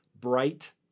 bright